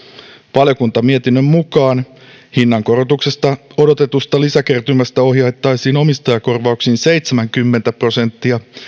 valiokuntamietinnön mukaan hinnankorotuksesta odotetusta lisäkertymästä ohjattaisiin omistajakorvauksiin seitsemänkymmentä prosenttia